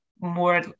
more